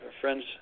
friends